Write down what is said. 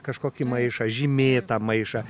kažkokį maišą žymėtą maišą